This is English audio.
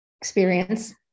experience